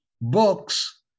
books